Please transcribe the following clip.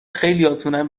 خیلیاتونم